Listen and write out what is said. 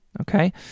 Okay